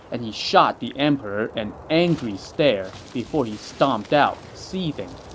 and he shot the emperor an angry stare before he stomped out seething.